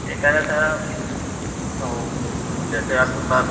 ये कह रहे थे वो जैसे आपके पास